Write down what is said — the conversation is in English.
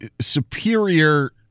superior